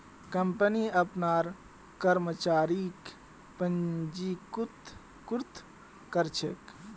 company अपनार कर्मचारीक पंजीकृत कर छे